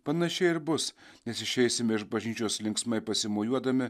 panašiai ir bus nes išeisime iš bažnyčios linksmai pasimojuodami